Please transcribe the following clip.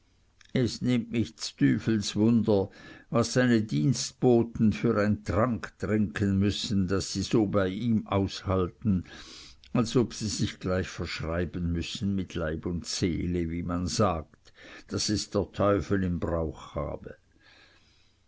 es nimmt mich ds tüfels wunder was seine dienstboten für ein trank trinken müssen daß sie so bei ihm aushalten oder ob sie sich gleich verschreiben müssen mit leib und seele wie man sagt daß es der teufel im brauch habe